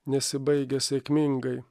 nesibaigia sėkmingai